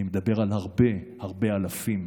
אני מדבר על הרבה הרבה אלפים.